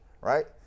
right